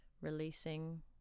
releasing